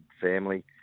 family